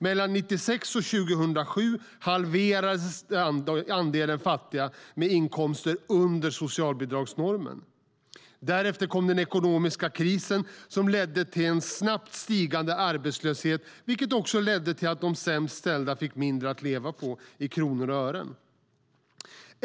Mellan 1996 och 2007 halverades andelen fattiga med inkomster under socialbidragsnormen. Därefter kom den ekonomiska krisen som ledde till en snabbt stigande arbetslöshet, vilket ledde att de sämst ställda fick mindre att leva på i kronor och ören.